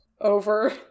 over